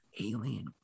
alien